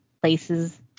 places